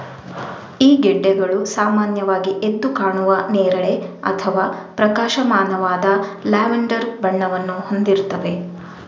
ಈ ಗೆಡ್ಡೆಗಳು ಸಾಮಾನ್ಯವಾಗಿ ಎದ್ದು ಕಾಣುವ ನೇರಳೆ ಅಥವಾ ಪ್ರಕಾಶಮಾನವಾದ ಲ್ಯಾವೆಂಡರ್ ಬಣ್ಣವನ್ನು ಹೊಂದಿರ್ತವೆ